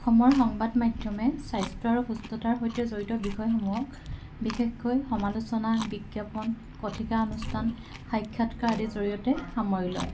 অসমৰ সংবাদ মাধ্যমে স্বাস্থ্য আৰু সুস্থতাৰ সৈতে জড়িত বিষয়সমূহক বিশেষকৈ সমালোচনা বিজ্ঞাপন কথিকা অনুষ্ঠান সাক্ষাৎকাৰ আদিৰ জৰিয়তে সামৰি লয়